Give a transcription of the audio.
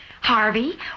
Harvey